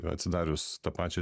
atsidarius tą pačią